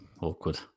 awkward